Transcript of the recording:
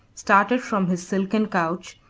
started from his silken couch,